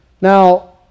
Now